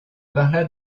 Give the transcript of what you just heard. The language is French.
parla